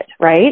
right